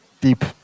deep